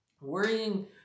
Worrying